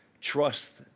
trust